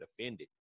offended